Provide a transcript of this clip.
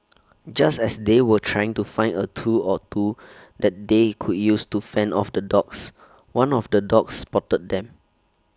just as they were trying to find A tool or two that they could use to fend off the dogs one of the dogs spotted them